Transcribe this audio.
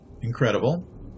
incredible